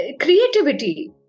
creativity